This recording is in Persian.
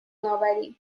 آوریم